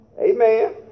Amen